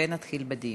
ונתחיל בדיון.